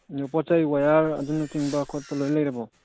ꯑꯗꯨ ꯄꯣꯠꯆꯩ ꯋꯌꯥꯔ ꯑꯗꯨꯅꯆꯤꯡꯕ ꯈꯣꯠꯄ ꯂꯣꯏ ꯂꯩꯔꯕꯣ